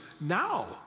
now